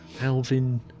Alvin